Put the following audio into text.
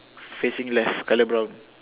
facing left colour brown